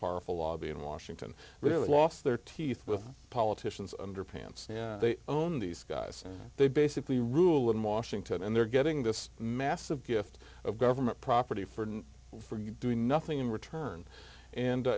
powerful lobby in washington really lost their teeth with politicians underpants they own these guys and they basically rule in washington and they're getting this massive gift of government property for for doing nothing in return and